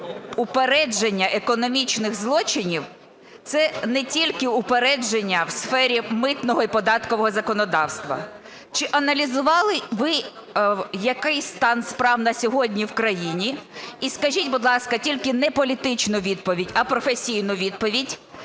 упередження економічних злочинів – це не тільки упередження в сфері митного і податкового законодавства? Чи аналізували ви, який стан справ на сьогодні в країні? І скажіть, будь ласка, тільки не політичну відповідь, а професійну відповідь,